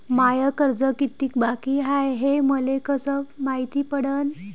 माय कर्ज कितीक बाकी हाय, हे मले कस मायती पडन?